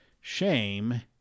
shame